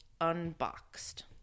unboxed